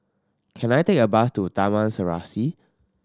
can I take a bus to Taman Serasi